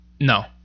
No